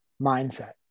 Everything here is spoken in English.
mindset